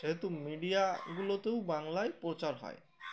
সেহেতু মিডিয়াগুলোতেও বাংলায় প্রচার হয়